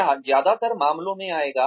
यह ज्यादातर मामलों में आएगा